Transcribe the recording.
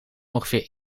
ongeveer